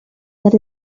that